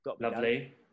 Lovely